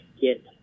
get